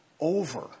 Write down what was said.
over